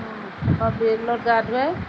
তাৰ পৰা বেৰ তলত গা ধুৱায়